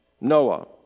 Noah